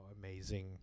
amazing